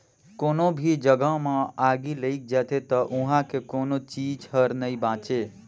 कोनो भी जघा मे आगि लइग जाथे त उहां के कोनो चीच हर नइ बांचे